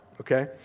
Okay